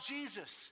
Jesus